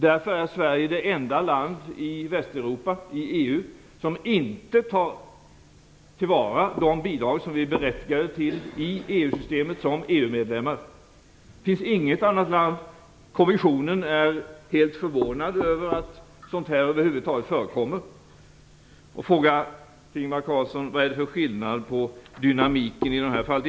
Därför är Sverige det enda land i EU som inte tar till vara de bidrag som vi är berättigade till i EU-systemet som EU-medlem. Det finns inget annat land som gör så. Kommissionen är helt förvånad över att sådant här över huvud taget förekommer. Jag får fråga Ingvar Carlsson: Vad är för skillnad på dynamiken i de här fallen?